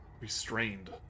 restrained